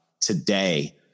today